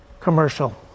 commercial